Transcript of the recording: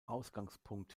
ausgangspunkt